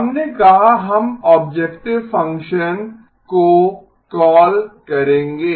हमने कहा हम ऑब्जेक्टिव फ़ंक्शन को कॉल करेंगें